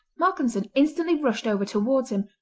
malcolmson instantly rushed over towards him,